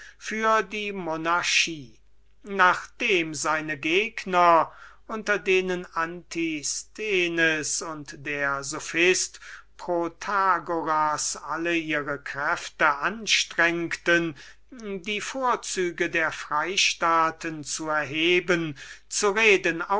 für die monarchie und nachdem seine gegner unter denen antisthenes und der sophist protagoras alle ihre kräfte anstrengeten die vorzüge der freistaaten zu erheben zu reden